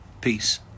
Peace